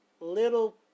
little